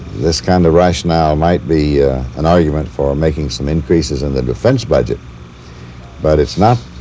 this kind of rationale might be an argument for making some increases in the defense budget but it's not